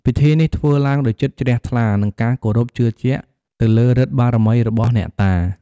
ពិធីនេះធ្វើឡើងដោយចិត្តជ្រះថ្លា និងការគោរពជឿជាក់ទៅលើឫទ្ធិបារមីរបស់អ្នកតា។